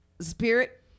Spirit